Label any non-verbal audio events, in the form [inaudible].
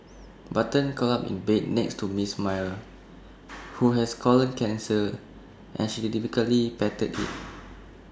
button curled up in bed next to miss Myra [noise] who has colon cancer and she rhythmically patted IT [noise]